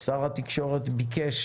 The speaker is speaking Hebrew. שר התקשורת ביקש